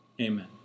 Amen